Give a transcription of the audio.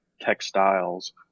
textiles